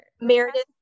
Meredith